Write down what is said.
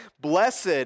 Blessed